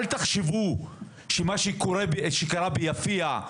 אל תחשבו שמה שקרה ביפיע,